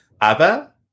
Abba